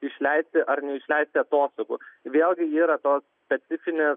išleisti ar neišleisti atostogų vėlgi yra tos specifinės